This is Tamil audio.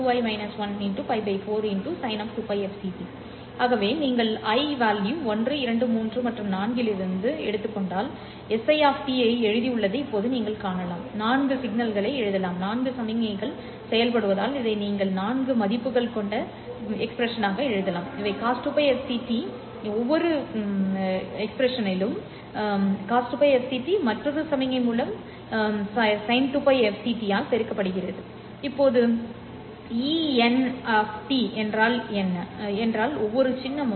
ஆகவே நீங்கள் 123 மற்றும் 4 இலிருந்து நான் எங்கு செல்கிறீர்கள் என்று நீங்கள் உண்மையில் si ஐ எழுதியுள்ளதை இப்போது நீங்கள் காணலாம் சில சமிக்ஞைகள் பெருக்கப்படுவதால் இதை நீங்கள் எழுதியுள்ள நான்கு மதிப்புகள் இவை cos 2πf ct மற்றும் மற்றொரு சமிக்ஞை மூலம் பாவம் 2πfct ஆல் பெருக்கப்படுகிறது இப்போது enote என்றால்ஒவ்வொரு சின்னமும்